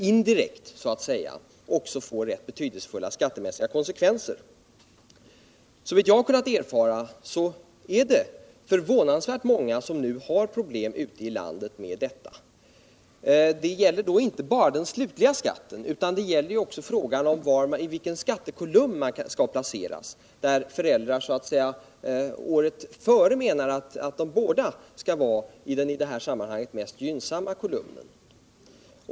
Indirekt kan detta också få rätt betydelsefulla skattemässiga konsekvenser. Såvitt jag har kunnat erfara är det förvånansvärt många ute i landet som nu har problem med detta. Det gäller då inte bara den slutliga skatten utan också frågan i vilken skattekolumn man skall placeras. Föräldrar menar också att de båda skall vara placerade i den i detta sammanhang mest gynnsamma kolumnen.